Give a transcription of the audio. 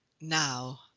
now